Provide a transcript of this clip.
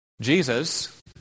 Jesus